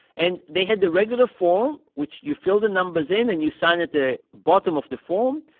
and they had the regular form, which you fill the numbers in and you sign at the bottom of the form.